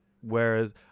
whereas